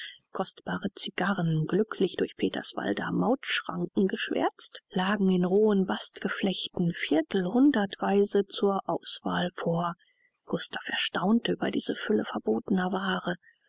kostbare cigarren glücklich durch die peterswalder mauthschranken geschwärzt lagen in rohen bastgeflechten viertelhundertweise zur auswahl vor gustav erstaunte über diese fülle verbotener waare